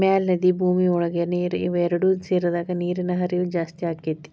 ಮ್ಯಾಲ ನದಿ ಭೂಮಿಯ ಒಳಗ ನೇರ ಇವ ಎರಡು ಸೇರಿದಾಗ ನೇರಿನ ಹರಿವ ಜಾಸ್ತಿ ಅಕ್ಕತಿ